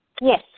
Yes